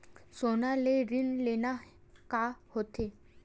सोना ले ऋण लेना का होथे?